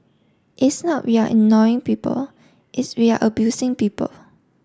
it's not we're ignoring people it's we are abusing people